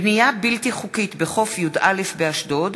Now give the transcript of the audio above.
בנייה בלתי חוקית בחוף י"א באשדוד,